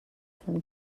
from